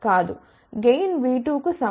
gain V2 కు సమానం V2V1